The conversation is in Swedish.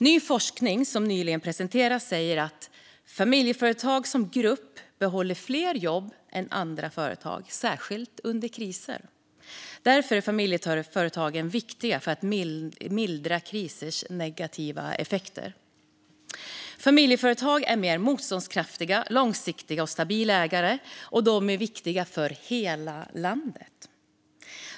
Ny forskning som presenterats säger att familjeföretag som grupp behåller fler jobb än andra företag, särskilt under kriser. Därför är familjeföretagen viktiga för att mildra krisers negativa effekter. Familjeföretag är mer motståndskraftiga, långsiktiga och stabila ägare, och de är viktiga för hela landet.